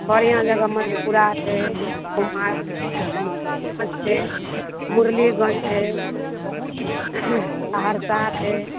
बढ़िआँ जगह मधेपुरा छै कुमारखंड छै मुरलीगञ्ज छै सहरसा छै